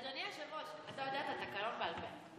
אדוני היושב-ראש, אתה יודע את התקנון בעל פה?